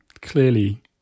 clearly